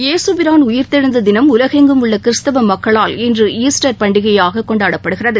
இயேசுபிரான் உயிர்தெழுந்த தினம் உலகெங்கும் உள்ள கிறிஸ்தவ மக்களால் ஈஸ்டர் இன்று பண்டிகையாகக் கொண்டாடப்படுகிறது